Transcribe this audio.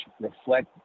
reflect